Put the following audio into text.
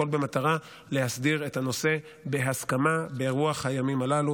הכול במטרה להסדיר את הנושא בהסכמה ברוח הימים הללו,